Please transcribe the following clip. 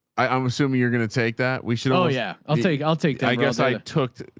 i'm assuming you're going to take that. we should i'll yeah i'll take, i'll take digress. i took,